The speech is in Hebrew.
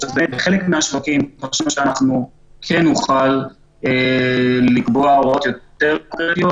--- חלק מן השווקים חושבים שאנחנו כן נוכל לקבוע הוראות יותר ---.